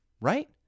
Right